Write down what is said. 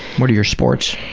what are your sports?